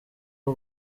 w’u